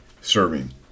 serving